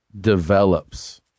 develops